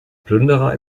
plünderer